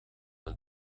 een